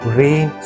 rain